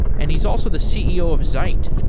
and he's also the ceo of zeit,